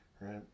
right